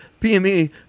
PME